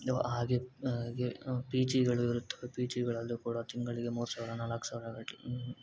ಹಾಗೆ ಹಾಗೆ ಪೀ ಜಿಗಳು ಇರುತ್ತವೆ ಪೀ ಜಿಗಳಲ್ಲು ಕೂಡ ತಿಂಗಳಿಗೆ ಮೂರು ಸಾವಿರ ನಾಲ್ಕು ಸಾವಿರಗಟ್ಲೆ